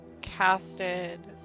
casted